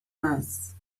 mass